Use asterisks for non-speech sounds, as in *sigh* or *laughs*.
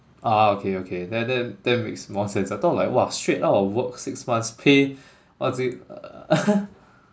ah okay okay then then that makes more sense I thought like !wah! straight out of work six months pay what's it *laughs*